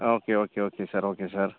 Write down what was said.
ஆ okay okay ஓகேங்க sir ஓகேங்க sir